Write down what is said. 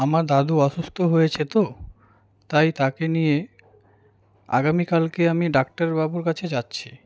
আমার দাদু অসুস্থ হয়েছে তো তাই তাকে নিয়ে আগামীকালকে আমি ডাক্তারবাবুর কাছে যাচ্ছি